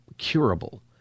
curable